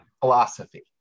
philosophy